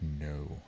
no